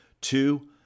Two